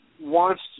wants